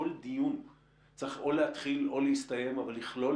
כל דיון צריך או להתחיל או להסתיים אבל לכלול